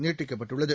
நீட்டிக்கப்பட்டுள்ளது